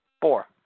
Four